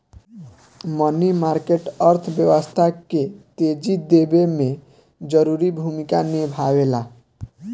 मनी market अर्थव्यवस्था के तेजी देवे में जरूरी भूमिका निभावेला